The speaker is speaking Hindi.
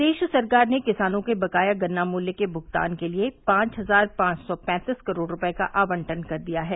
प्रदेश सरकार ने किसानों के बकाया गन्ना मूल्य के भूगतान के लिए पांव हजार पांव सौ पैंतीस करोड़ रूपये का आवंटन कर दिया है